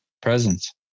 presence